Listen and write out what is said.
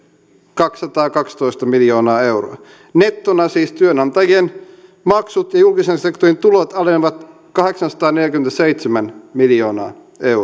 kaksisataakaksitoista miljoonaa euroa nettona siis työnantajien maksut ja julkisen sektorin tulot alenevat kahdeksansataaneljäkymmentäseitsemän miljoonaa euroa